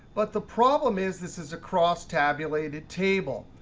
but the problem is this is across tabulated table.